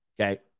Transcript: Okay